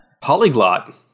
Polyglot